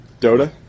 Dota